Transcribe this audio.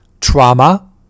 trauma